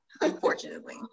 Unfortunately